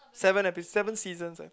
seven epi~ seven seasons eh